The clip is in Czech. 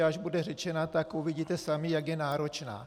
Až bude řečena, tak uvidíte sami, jak je náročná.